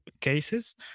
cases